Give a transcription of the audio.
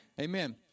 amen